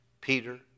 Peter